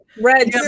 red